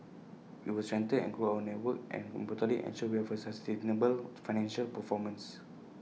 we will strengthen and grow our network and importantly ensure we have A sustainable financial performance